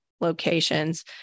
locations